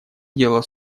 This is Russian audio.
дело